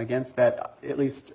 against that at least